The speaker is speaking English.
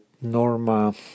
Norma